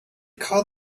call